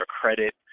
credit